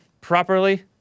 properly